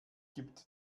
gibt